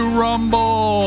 rumble